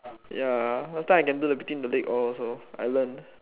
ya last time I can do the between the leg all also I learn